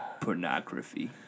Pornography